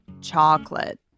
chocolate